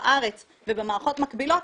בארץ ובמערכות מקבילות,